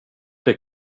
det